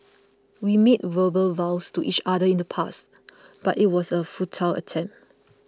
we made verbal vows to each other in the past but it was a futile attempt